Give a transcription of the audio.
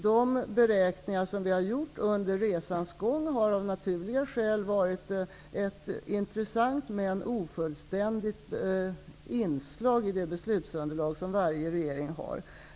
De beräkningar som vi har gjort under resans gång har av naturliga skäl varit ett intressant men ofullständigt inslag i det beslutsunderlag som varje regering har.